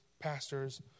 pastors